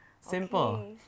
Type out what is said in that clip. Simple